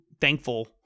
thankful